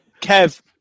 Kev